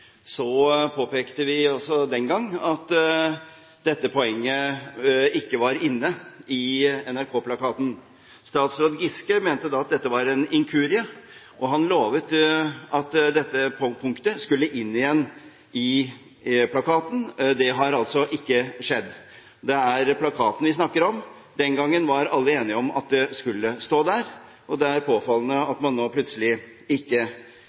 Giske mente at dette var en inkurie, og han lovet at dette punktet skulle inn i plakaten igjen. Det har ikke skjedd. Det er plakaten vi snakker om. Den gangen var alle enige om at dette skulle stå der. Det er påfallende at man nå plutselig ikke